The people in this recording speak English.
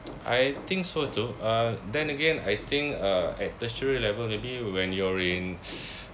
I think so too uh then again I think uh at tertiary level maybe when you're in